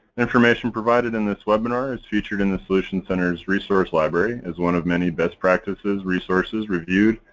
information provided in this webinar is featured in the solutions center's resources library as one of many best practices, resources reviewed,